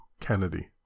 Kennedy